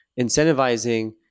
incentivizing